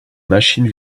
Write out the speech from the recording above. machine